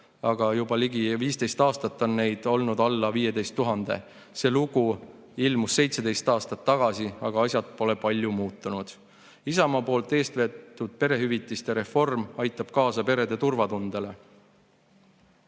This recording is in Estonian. aga juba ligi 15 aastat on neid olnud alla 15 000. See lugu ilmus 17 aastat tagasi, aga asjad pole palju muutunud. Isamaa poolt eest veetud perehüvitiste reform aitab kaasa perede turvatundele